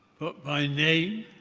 but by name,